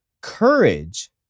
courage